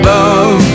Love